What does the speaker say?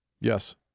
Yes